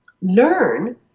learn